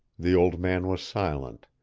the old man was silent